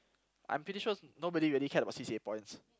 I'm pretty sure nobody really cares about C_C_A points